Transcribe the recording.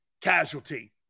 casualty